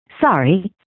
Sorry